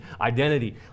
identity